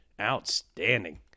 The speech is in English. outstanding